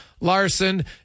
Larson